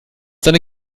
seine